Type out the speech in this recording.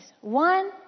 One